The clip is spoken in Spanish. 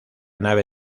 nave